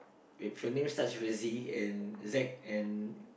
if your name starts with a Z and Z and